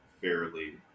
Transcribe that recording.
fairly